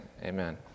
Amen